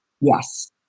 Yes